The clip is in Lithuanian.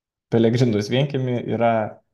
telegrindos vienkiemy yra